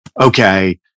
okay